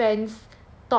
the other fans